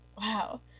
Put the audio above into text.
wow